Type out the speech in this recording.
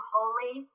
Holy